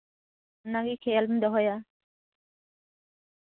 ᱚᱱᱟᱜᱮ ᱠᱷᱮᱭᱟᱞᱮᱢ ᱫᱚᱦᱚᱭᱟ